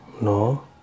No